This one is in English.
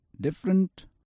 different